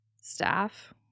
staff